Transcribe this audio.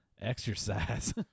exercise